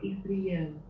Israel